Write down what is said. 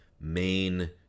main